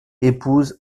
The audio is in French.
épouse